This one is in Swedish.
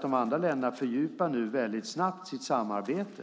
De andra länderna fördjupar nu nämligen väldigt snabbt sitt samarbete.